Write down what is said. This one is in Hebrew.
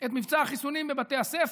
את מבצע החיסונים בבתי הספר.